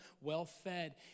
well-fed